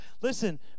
Listen